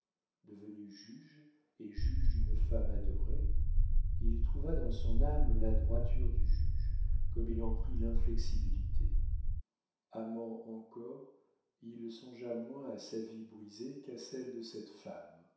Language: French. devenu juge et juge d'une femme adorée il trouva dans son âme la droiture du juge comme il en prit l'inflexibilité amant encore il songea moins à sa vie brisée qu'à celle de cette femme